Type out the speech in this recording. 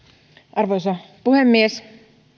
arvoisa puhemies